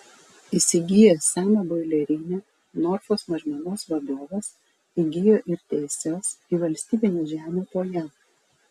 įsigijęs seną boilerinę norfos mažmenos vadovas įgijo ir teises į valstybinę žemę po ja